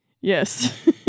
Yes